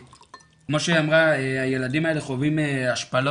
כמו שהיא אמרה הילדים האלה חווים השפלות,